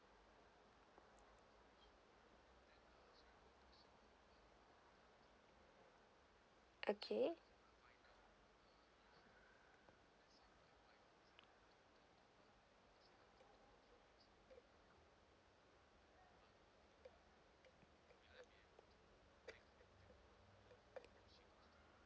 okay